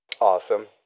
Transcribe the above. Awesome